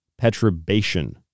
Petrobation